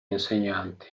insegnanti